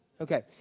Okay